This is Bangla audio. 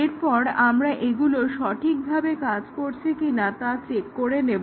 এরপর আমরা এগুলো সঠিকভাবে কাজ করছে কিনা তা চেক করে নেব